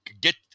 get